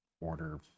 order